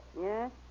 Yes